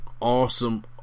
awesome